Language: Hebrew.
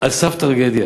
על סף טרגדיה.